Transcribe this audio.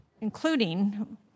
including